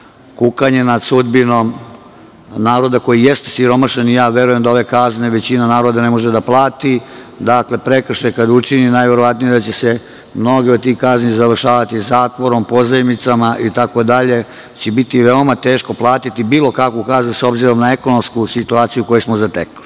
kukanje nad sudbinom naroda koji jeste siromašan, a verujem da ove kazne većina naroda ne može da plati. Dakle, kada je prekršaj učinjen, najverovatnije da će se mnoge od tih kazni završavati zatvorom, pozajmicama itd. i da će biti veoma teško platiti bilo kakvu kaznu s obzirom na ekonomsku situaciju koju smo zatekli. Ne